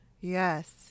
Yes